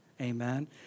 Amen